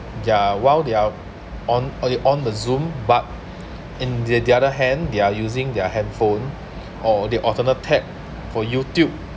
they're while they are on on they're on the zoom but in the the other hand they're using their handphone or they alternate tab for youtube